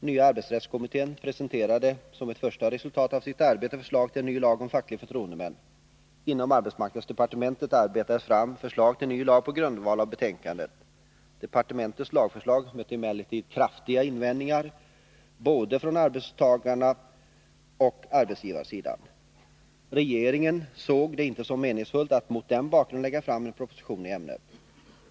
Nya arbetsrättskommittén presenterade som ett första resultat av sitt arbete förslag till en ny lag om fackliga förtroendemän. Inom arbetsmarknadsdepartementet arbetades fram förslag till ny lag på grundval av betänkandet. Departementets lagförslag mötte emellertid kraftiga invändningar från både arbetstagaroch arbetsgivarsidan. Regeringen såg det inte som meningsfullt att mot den bakgrunden lägga fram en proposition i ämnet.